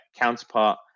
counterpart